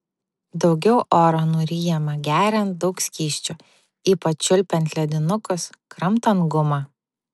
daugiau oro nuryjama geriant daug skysčių ypač čiulpiant ledinukus kramtant gumą